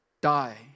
Die